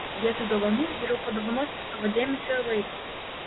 vietoj dovanų geriau padovanokite savo dėmesį ir laiką